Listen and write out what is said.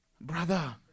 Brother